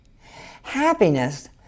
Happiness